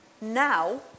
now